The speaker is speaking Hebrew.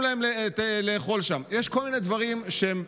לאחר שראש האגף לרישוי נשק התפטר,